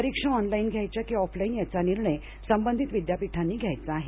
परीक्षा ऑनलाईन घ्यायच्या की ऑफलाईन याचा निर्णय संबधित विद्यापीठांनी घ्यायचा आहे